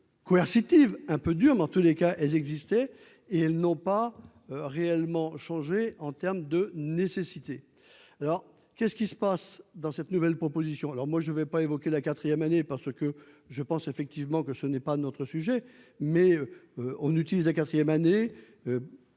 coercitive un peu dur, mais en tous les cas, elles existaient, et elles n'ont pas réellement changé en termes de nécessité alors qu'est-ce qui se passe dans cette nouvelle proposition, alors moi je ne vais pas évoquer la quatrième année, parce que je pense effectivement que ce n'est pas notre sujet, mais on utilise la quatrième année,